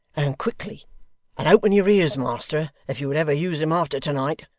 and quickly and open your ears, master, if you would ever use them after to-night